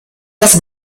das